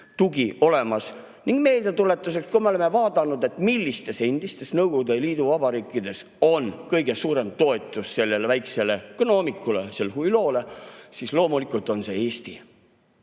tugi. Ning meeldetuletuseks: kui me oleme vaadanud, millistes endistes Nõukogude Liidu vabariikides on kõige suurem toetus sellele väiksele gnoomikule, sellelehuilo'le, siis loomulikult on see Eesti.